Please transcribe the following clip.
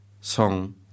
Song